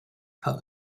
post